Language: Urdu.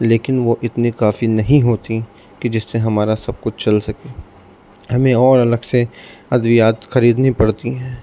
لیکن وہ اتنی کافی نہیں ہوتیں کہ جس سے ہمارا سب کچھ چل سکے ہمیں اور الگ سے ادویات خریدنی پڑتی ہیں